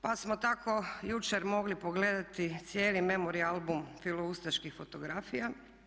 Pa smo tako jučer mogli pogledati cijeli memorijalni album filoustaških fotografija.